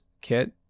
kit